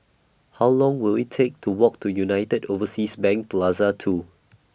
How Long Will IT Take to Walk to United Overseas Bank Plaza two